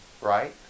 right